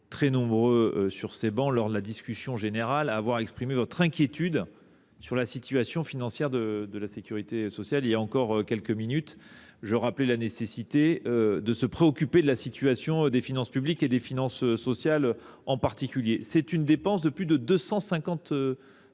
très nombreux dans cet hémicycle lors de la discussion générale à exprimer votre inquiétude quant à la situation financière de la sécurité sociale. Il y a encore quelques instants, je rappelais la nécessité de nous préoccuper de la situation des finances publiques, et des finances sociales en particulier. Chacun de ces amendements